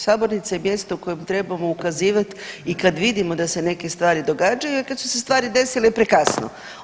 Sabornica je mjesto u kojem trebamo ukazivati i kada vidimo da se neke stvari događaju jer kada su se stvari desile je prekasno.